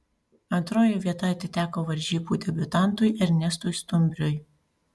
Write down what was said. antroji vieta atiteko varžybų debiutantui ernestui stumbriui